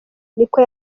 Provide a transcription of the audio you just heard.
niko